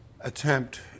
attempt